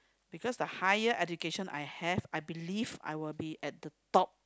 because the higher education I have I believe I will be at the top